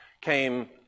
came